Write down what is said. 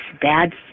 bad